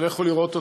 לכו לראות אותה,